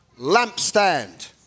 lampstand